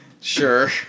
Sure